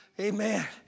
Amen